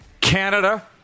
Canada